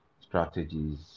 strategies